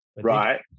Right